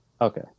Okay